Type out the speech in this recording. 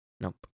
nope